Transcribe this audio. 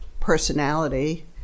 personality